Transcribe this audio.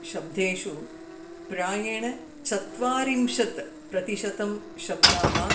शब्देषु प्रायेण चत्वारिंशत् प्रतिशतं शब्दाः